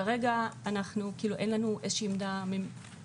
כרגע אין לנו איזו שהיא עמדה ממשלתית